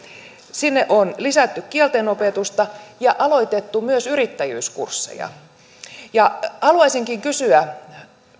sinne on lisätty kieltenopetusta ja aloitettu myös yrittäjyyskursseja haluaisinkin kysyä